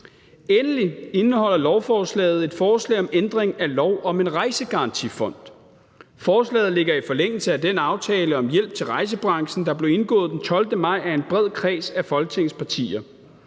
Endelig indeholder lovforslaget et forslag om ændring af lov om en rejsegarantifond. Forslaget ligger i forlængelse af den aftale om hjælp til rejsebranchen, der blev indgået den 12. maj af en bred kreds af Folketingets partier.